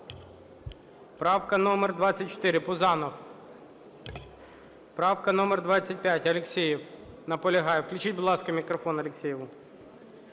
Правка номер 24, Пузанов. Правка номер 25, Алєксєєв. Наполягає. Включіть, будь ласка, мікрофон Алєксєєву.